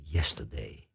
Yesterday